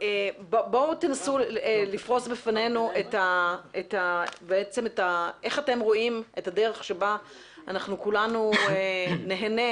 תנסו לפרוס בפנינו איך אתם רואים את הדרך בה אנחנו כולנו נהנה